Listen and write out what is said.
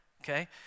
okay